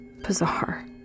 Bizarre